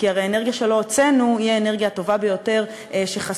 כי הרי האנרגיה שלא הוצאנו היא האנרגיה הטובה ביותר שחסכנו,